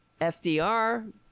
FDR